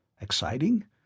Exciting